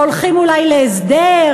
והולכים אתם להסדר,